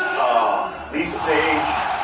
ah lisa page,